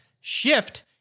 Shift